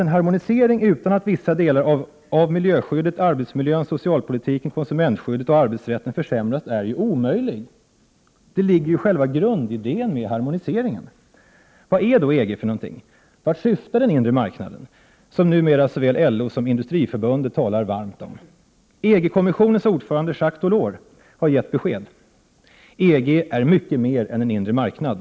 En harmonisering utan att vissa delar av miljöskyddet, arbetsmiljön, socialpolitiken, konsumentskyddet och arbetsrätten försämras är omöjlig. Det ligger ju i själva grundidén med harmonisering! Vad är då EG? Vart syftar den inre marknaden? Såväl LO som industriförbundet talar numera varmt om den. EG-kommissionens ordförande Jacques Delors har gett besked. EG är mycket mer än en inre marknad.